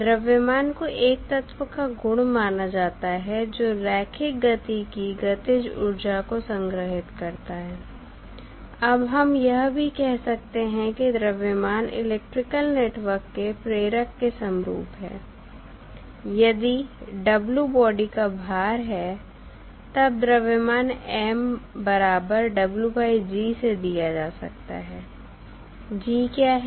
द्रव्यमान को एक तत्व का गुण माना जाता है जो रैखिक गति की गतिज ऊर्जा को संग्रहित करता है अब हम यह भी कह सकते हैं कि द्रव्यमान इलेक्ट्रिकल नेटवर्क के प्रेरक के समरूप है यदि w बॉडी का भार है तब द्रव्यमान M बराबर wg से दिया जा सकता है g क्या है